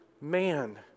man